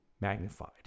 magnified